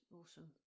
awesome